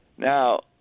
Now